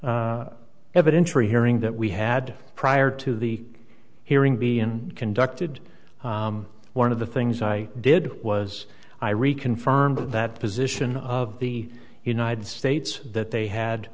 evidentiary hearing that we had prior to the hearing be in conducted one of the things i did was i reconfirmed that position of the united states that they had